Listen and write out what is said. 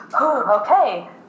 okay